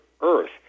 Earth